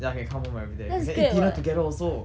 ya can come home everyday and we can eat dinner together also